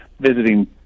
visiting